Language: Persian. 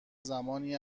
زمانی